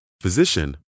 physician